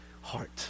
heart